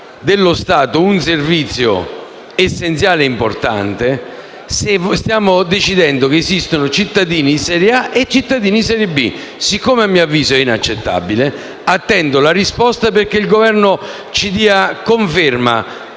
dello Stato un servizio essenziale ed importante, che prevede che esistono cittadini di serie A e cittadini di serie B. Siccome a mio avviso questo è inaccettabile, attendo la risposta perché il Governo confermi,